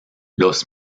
los